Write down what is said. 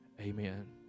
Amen